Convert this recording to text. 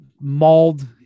mauled